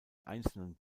einzelnen